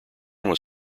was